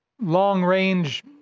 long-range